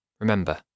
Remember